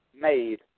made